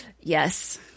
yes